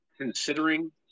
considering